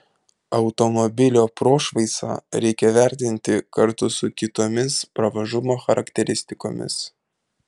automobilio prošvaisą reikia vertinti kartu su kitomis pravažumo charakteristikomis